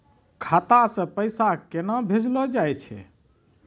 खाता से पैसा केना भेजलो जाय छै?